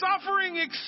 Suffering